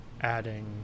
adding